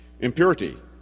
impurity